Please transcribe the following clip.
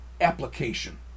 application